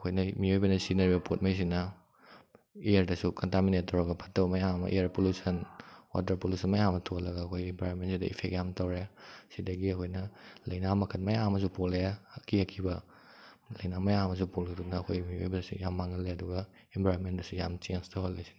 ꯑꯩꯈꯣꯏꯅ ꯃꯤꯑꯣꯏꯕꯅ ꯁꯤꯖꯤꯟꯅꯔꯤꯕ ꯄꯣꯠ ꯃꯈꯩꯁꯤꯅ ꯑꯦꯌꯔꯗꯁꯨ ꯀꯟꯇꯥꯃꯤꯅꯦꯠ ꯇꯧꯔꯒ ꯐꯠꯇꯕ ꯃꯌꯥꯝ ꯑꯃ ꯑꯦꯌꯥꯔ ꯄꯨꯂꯨꯁꯟ ꯋꯥꯇꯔ ꯄꯨꯂꯨꯁꯟ ꯃꯌꯥꯝ ꯑꯃ ꯊꯣꯍꯜꯂꯒ ꯑꯩꯈꯣꯏꯒꯤ ꯑꯦꯟꯚꯥꯏꯔꯣꯟꯃꯦꯟꯁꯤꯗ ꯏꯐꯦꯛ ꯌꯥꯝ ꯇꯧꯔꯦ ꯑꯁꯤꯗꯒꯤ ꯑꯩꯈꯣꯏꯅ ꯂꯩꯅꯥ ꯃꯈꯜ ꯃꯌꯥꯝ ꯑꯃꯁꯨ ꯄꯣꯛꯂꯛꯑꯦ ꯑꯀꯤ ꯑꯀꯤꯕ ꯂꯩꯅꯥ ꯃꯌꯥꯝ ꯑꯃꯁꯨ ꯄꯣꯛꯂꯛꯇꯨꯅ ꯑꯩꯈꯣꯏ ꯃꯤꯑꯣꯏꯕꯁꯤ ꯌꯥꯝ ꯃꯥꯡꯍꯜꯂꯦ ꯑꯗꯨꯒ ꯑꯦꯟꯚꯥꯏꯔꯦꯟꯃꯦꯟꯗꯁꯨ ꯌꯥꯝ ꯆꯦꯟꯁ ꯇꯧꯍꯜꯂꯦ ꯑꯁꯤꯅ